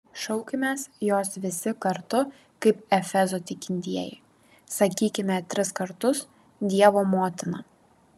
šaukimės jos visi kartu kaip efezo tikintieji sakykime tris kartus dievo motina